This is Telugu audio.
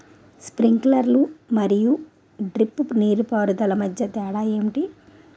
స్ప్రింక్లర్ మరియు డ్రిప్ నీటిపారుదల మధ్య తేడాలు ఏంటి?